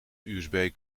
usb